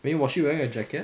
then was she wearing a jacket